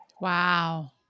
Wow